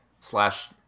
slash